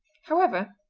however,